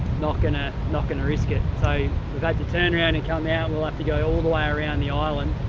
not gonna not gonna risk it so we'd like to turn around and come out we'll have to go all the way like around the island.